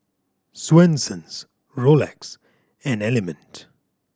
Swensens Rolex and Element